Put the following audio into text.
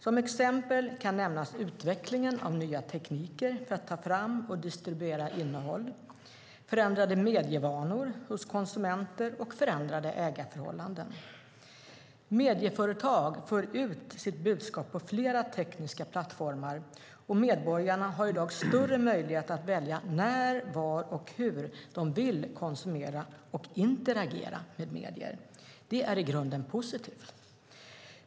Som exempel kan nämnas utvecklingen av nya tekniker för att ta fram och distribuera innehåll, förändrade medievanor hos konsumenter och förändrade ägarförhållanden. Medieföretag för ut sitt budskap på flera tekniska plattformar, och medborgarna har i dag större möjligheter att välja när, var och hur de vill konsumera och interagera med medier. Det är i grunden positivt.